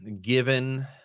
given